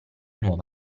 nuovo